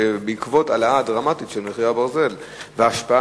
בעקבות ההעלאה הדרמטית של מחירי הברזל ההשפעה